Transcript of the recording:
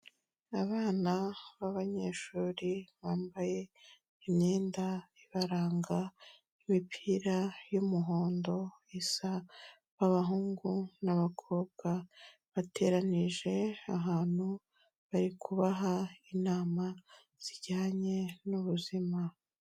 Abana b'abanyeshuri bambaye imyenda ibaranga, imipira y'umuhondo isa b'abahungu n'abakobwa, bateranyirije ahantu bari kubaha inama zijyanye n'ubuzima